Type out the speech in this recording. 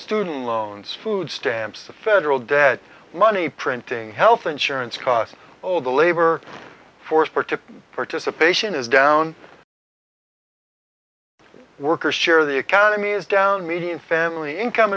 student loans food stamps the federal debt money printing health insurance costs all the labor force protect participation is down workers share of the economy is down median family income